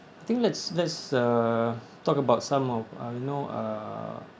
I think let's let's uh talk about some of uh you know uh